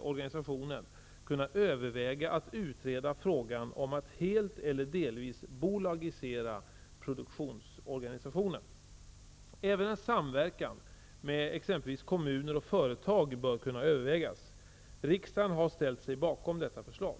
organisationen, kunna överväga att utreda frågan om att helt eller delvis bolagisera produktionsorganisationen. Även en samverkan med exempelvis kommuner och företag bör kunna övervägas. Riksdagen har ställt sig bakom detta förslag.